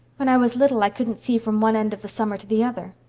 when i was little i couldn't see from one end of the summer to the other.